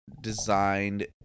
designed